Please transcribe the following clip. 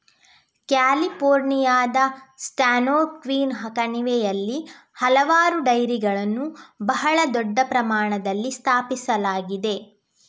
ಕ್ಯಾಲಿಫೋರ್ನಿಯಾದ ಸ್ಯಾನ್ಜೋಕ್ವಿನ್ ಕಣಿವೆಯಲ್ಲಿ ಹಲವಾರು ಡೈರಿಗಳನ್ನು ಬಹಳ ದೊಡ್ಡ ಪ್ರಮಾಣದಲ್ಲಿ ಸ್ಥಾಪಿಸಲಾಗಿದೆ